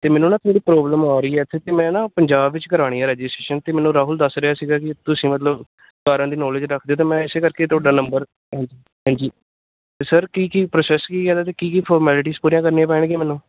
ਅਤੇ ਮੈਨੂੰ ਨਾ ਥੋੜ੍ਹੀ ਪ੍ਰੋਬਲਮ ਆ ਰਹੀ ਹੈ ਇੱਥੇ ਅਤੇ ਮੈਂ ਨਾ ਪੰਜਾਬ ਵਿੱਚ ਕਰਾਉਣੀ ਆ ਰਜਿਸਟ੍ਰੇਸ਼ਨ ਤੇ ਮੈਨੂੰ ਰਾਹੁਲ ਦੱਸ ਰਿਹਾ ਸੀਗਾ ਕਿ ਤੁਸੀਂ ਮਤਲਬ ਕਾਰਾਂ ਦੀ ਨੌਲੇਜ ਰੱਖਦੇ ਹੋ ਅਤੇ ਮੈਂ ਇਸੇ ਕਰਕੇ ਤੁਹਾਡਾ ਨੰਬਰ ਹਾਂਜੀ ਹਾਂਜੀ ਸਰ ਕੀ ਕੀ ਪ੍ਰੋਸੈਸ ਕੀ ਇਹਦਾ ਕੀ ਕੀ ਫੋਰਮੈਲਿਟੀਸ ਪੂਰੀਆਂ ਕਰਨੀਆਂ ਪੈਣਗੀਆਂ ਮੈਨੂੰ